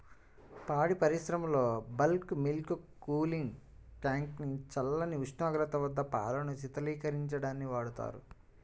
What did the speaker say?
పాడి పరిశ్రమలో bulk milk cooling tank ని చల్లని ఉష్ణోగ్రత వద్ద పాలను శీతలీకరించడానికి వాడతారు